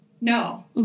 no